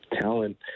talent